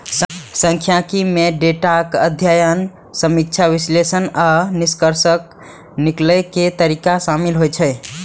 सांख्यिकी मे डेटाक अध्ययन, समीक्षा, विश्लेषण आ निष्कर्ष निकालै के तरीका शामिल होइ छै